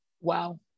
Wow